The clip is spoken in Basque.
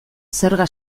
zerga